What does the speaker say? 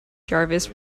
jarvis